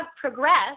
progress